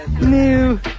new